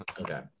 okay